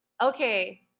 okay